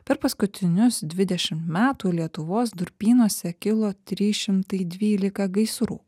per paskutinius dvidešim metų lietuvos durpynuose kilo trys šimtai dvylika gaisrų